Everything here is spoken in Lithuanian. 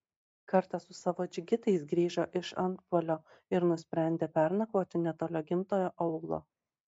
kartą su savo džigitais grįžo iš antpuolio ir nusprendė pernakvoti netoli gimtojo aūlo